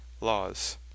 laws